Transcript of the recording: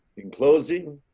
in closing,